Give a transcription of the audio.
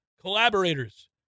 collaborators